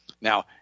Now